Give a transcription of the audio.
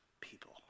people